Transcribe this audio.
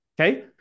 Okay